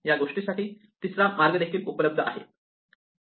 या गोष्टीसाठी तिसरा मार्ग देखील उपलब्ध आहे